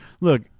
look